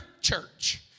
church